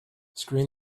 screen